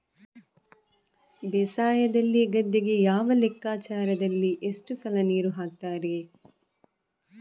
ಬೇಸಾಯದಲ್ಲಿ ಗದ್ದೆಗೆ ಯಾವ ಲೆಕ್ಕಾಚಾರದಲ್ಲಿ ಎಷ್ಟು ಸಲ ನೀರು ಹಾಕ್ತರೆ?